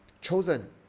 chosen